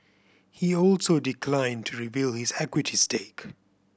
he also declined to reveal his equity stake